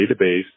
database